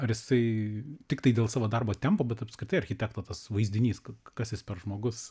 ar jisai tiktai dėl savo darbo tempo bet apskritai architekto tas vaizdinys kad kas jis per žmogus